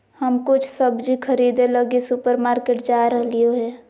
हम कुछ सब्जि खरीदे लगी सुपरमार्केट जा रहलियो हें